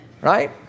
Right